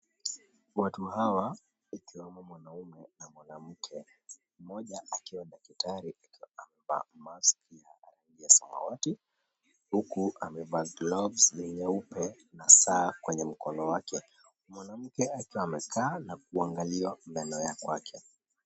Watu hawa waliwamo mwanamume na mwanamke mmoja akiwa daktari mevaa mask ya samawati huku amevaa gloves nyeupe na saa kwenye mkono wake. Manamke akiwa amekaa na kuangalia fulana ya kwake.